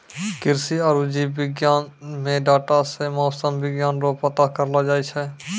कृषि आरु जीव विज्ञान मे डाटा से मौसम विज्ञान रो पता करलो जाय छै